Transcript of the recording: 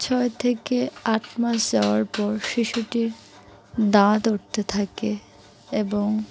ছয় থেকে আট মাস যাওয়ার পর শিশুটির দাঁত উঠতে থাকে এবং